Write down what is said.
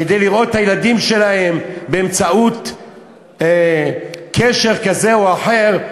כדי לראות את הילדים שלהם באמצעות קשר כזה או אחר,